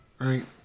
right